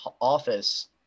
office